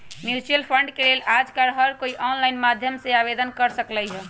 mutual fund के लेल आजकल हर कोई ऑनलाईन माध्यम से आवेदन कर सकलई ह